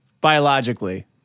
biologically